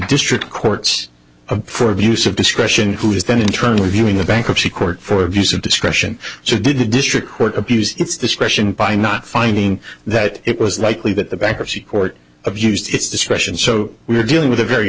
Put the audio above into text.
district courts for abuse of discretion who is then in turn reviewing the bankruptcy court for abuse of discretion so did a district court abused its discretion by not finding that it was likely that the bankruptcy court abused its discretion so we're dealing with a very